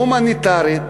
הומניטרית,